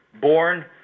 born